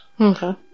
Okay